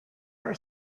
her